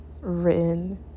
written